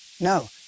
No